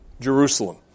Jerusalem